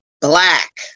black